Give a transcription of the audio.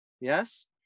Yes